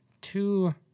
two